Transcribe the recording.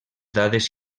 dades